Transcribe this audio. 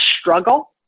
struggle